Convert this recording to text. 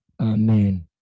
Amen